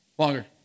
Longer